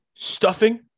Stuffing